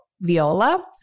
Viola